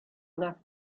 una